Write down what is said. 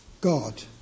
God